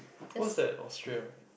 what's that Austria right